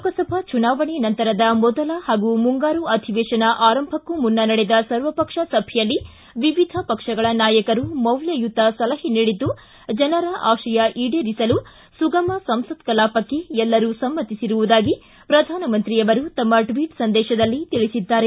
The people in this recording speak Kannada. ಲೋಕಸಭಾ ಚುನಾವಣೆ ನಂತರದ ಮೊದಲ ಹಾಗು ಮುಂಗಾರು ಅಧಿವೇಶನ ಆರಂಭಕ್ಕೂ ಮುನ್ನ ನಡೆದ ಸರ್ವಪಕ್ಷ ಸಭೆಯಲ್ಲಿ ವಿವಿಧ ಪಕ್ಷಗಳ ನಾಯಕರು ಮೌಲ್ಯಯುತ ಸಲಹೆ ನೀಡಿದ್ದು ಜನರ ಆಶೆಯ ಈಡೇರಿಸಲು ಸುಗಮ ಸಂಸತ್ ಕಲಾಪಕ್ಕೆ ಎಲ್ಲರೂ ಸಮ್ಮತಿಸಿರುವುದಾಗಿ ಪ್ರಧಾನಮಂತ್ರಿಯವರು ತಮ್ಮ ಟ್ವೀಟ್ ಸಂದೇಶದಲ್ಲಿ ತಿಳಿಸಿದ್ದಾರೆ